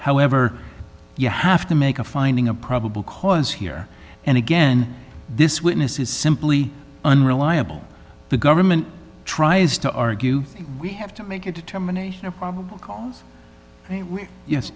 however you have to make a finding of probable cause here and again this witness is simply unreliable the government tries to argue we have to make a determination of probable cause yes yes